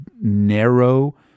narrow